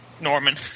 Norman